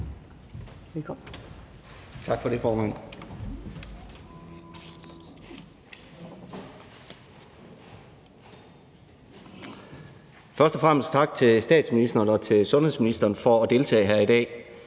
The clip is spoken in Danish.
Tak for det, formand. Først og fremmest tak til statsministeren og til sundhedsministeren for at deltage her i dag.